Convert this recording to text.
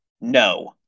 No